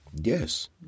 Yes